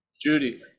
Judy